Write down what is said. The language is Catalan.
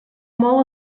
molt